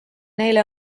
neile